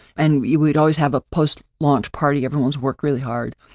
and you would always have a post launch party, everyone's worked really hard.